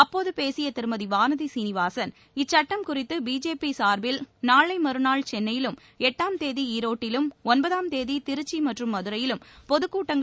அப்போது பேசிய திருமதி வானதி சீனிவாசன் இச்சட்டம் குறித்து பிஜேபி சார்பில் நாளை மற்றாள் சென்னையிலும் எட்டாம் தேதி ஈரோட்டிலும் ஒன்பதாம் தேதி திருச்சி மற்றும் மதுரையிலும் பொதுக் கூட்டங்கள் நடத்தப்பட இருப்பதாகக் கூறினார்